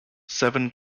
seven